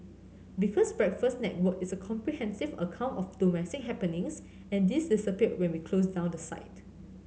because Breakfast Network is a comprehensive account of domestic happenings and this disappeared when we closed down the site